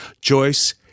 Joyce